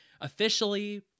officially